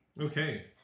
Okay